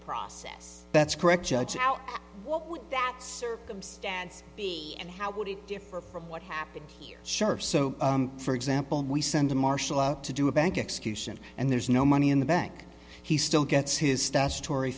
process that's correct judge out what would that circumstance be and how would it differ from what happened here sure so for example we send a marshall out to do a bank execution and there's no money in the bank he still gets his statutory